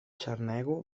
xarnego